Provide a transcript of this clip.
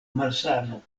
malsano